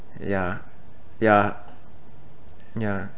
ya ya ya